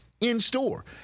in-store